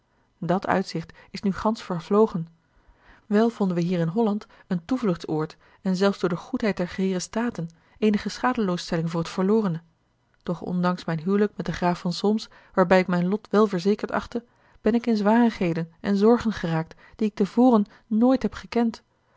dat uitzicht is nu gansch vervlogen wel vonden wij hier in holland een toevluchtsoord en zelfs door de goedheid der heeren staten eenige schadeloosstelling voor het verlorene doch ondanks mijn hijlik met den graaf van solms waarbij ik mijn lot wel verzekerd achtte ben ik in zwarigheden en zorgen geraakt die ik tevoren nooit heb gekend